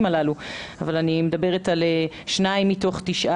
מדובר על 2 מתוך 9,